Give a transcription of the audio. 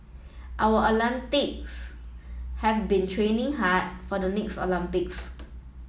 our have been training hard for the next Olympics